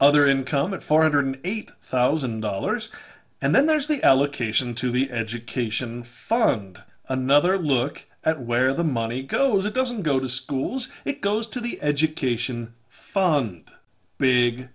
other income of four hundred eight thousand dollars and then there's the allocation to the education fund another look at where the money goes it doesn't go to schools it goes to the education fund big